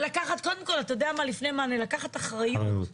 ולקחת, קודם כל, לפני מענה, לקחת אחריות.